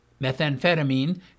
methamphetamine